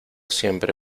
siempre